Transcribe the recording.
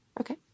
Okay